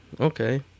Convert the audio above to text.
okay